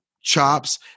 chops